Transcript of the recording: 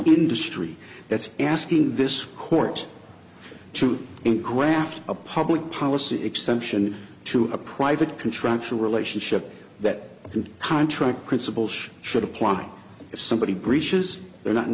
industry that's asking this court to and graft a public policy exception to a private contractual relationship that the contract principles should apply if somebody breaches they're not